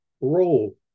role